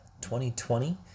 2020